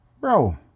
Bro